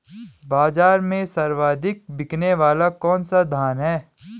बाज़ार में सर्वाधिक बिकने वाला कौनसा धान है?